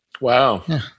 Wow